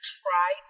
try